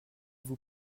vous